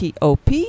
top